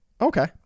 Okay